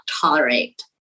tolerate